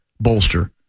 bolster